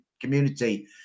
community